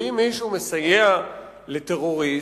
ואם מישהו מסייע לטרוריסט,